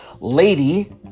Lady